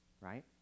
right